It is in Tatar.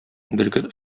бөркет